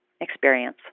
experience